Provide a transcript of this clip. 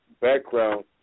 Background